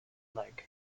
leg